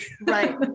Right